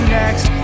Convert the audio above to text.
next